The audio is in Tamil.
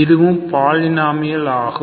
இதுவும் பாலினாமியல் ஆகும்